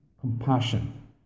compassion